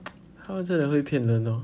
他们真的会骗人 hor